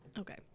Okay